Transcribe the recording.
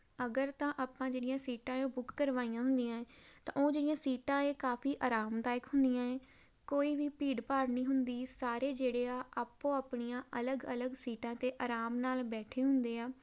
ਅਗਰ ਤਾ ਆਪਾਂ ਜਿਹੜੀਆਂ ਸੀਟਾਂ ਆ ਉਹ ਬੁੱਕ ਕਰਵਾਈਆਂ ਹੁੰਦੀਆਂ ਹੈ ਤਾਂ ਉਹ ਜਿਹੜੀਆਂ ਸੀਟਾਂ ਇਹ ਕਾਫੀ ਆਰਾਮਦਾਇਕ ਹੁੰਦੀਆਂ ਹੈ ਕੋਈ ਵੀ ਭੀੜ ਭਾੜ ਨਹੀਂ ਹੁੰਦੀ ਸਾਰੇ ਜਿਹੜੇ ਆ ਆਪੋ ਆਪਣੀਆਂ ਅਲੱਗ ਅਲੱਗ ਸੀਟਾਂ 'ਤੇ ਆਰਾਮ ਨਾਲ ਬੈਠੇ ਹੁੰਦੇ ਆ